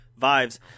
vibes